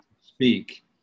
speak